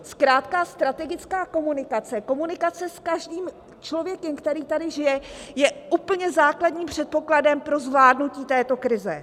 Zkrátka strategická komunikace, komunikace s každým člověkem, který tady žije, je úplně základním předpokladem pro zvládnutí této krize.